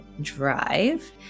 drive